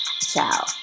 Ciao